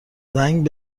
زنگ